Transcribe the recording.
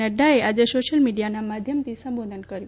નફાએ આજે સોશ્યિલ મિડીયાના માધ્યમથી સંબોધન કર્યું